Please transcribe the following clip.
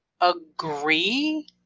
agree